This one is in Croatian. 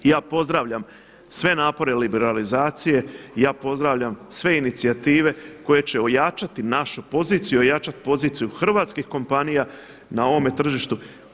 I ja pozdravljam sve napore liberalizacije, ja pozdravljam sve inicijative koje će ojačati našu poziciju, ojačati poziciju hrvatskih kompanija na ovome tržištu.